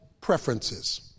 preferences